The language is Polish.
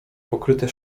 pokryte